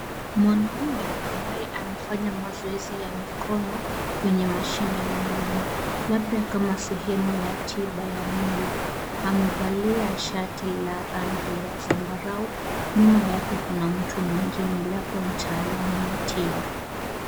Mwanaume ambaye anafanya mazoezi ya mikono kwenye mashine maalum labda kama sehemu ya tiba ya mwili, amevalia shati la rangi ya zambarau. Nyuma yake kuna mtu mwingine labda mtaalam wa tiba.